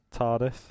TARDIS